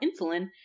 insulin